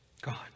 God